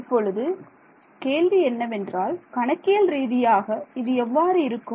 இப்பொழுது கேள்வி என்னவென்றால் கணக்கியல் ரீதியாக இது எவ்வாறு இருக்கும்